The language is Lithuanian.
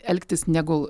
elgtis negu